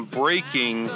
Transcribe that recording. breaking